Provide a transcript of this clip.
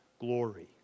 glory